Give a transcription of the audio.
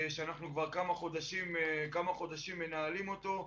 שאנחנו כבר כמה חודשים מנהלים אותו.